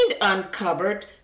uncovered